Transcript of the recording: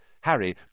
Harry